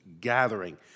gathering